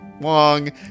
Wong